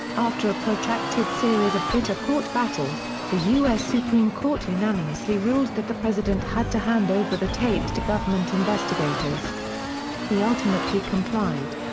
after a protracted series of bitter court battles, the u s. supreme court unanimously ruled that the president had to hand over the tapes to government investigators he ultimately complied.